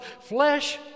flesh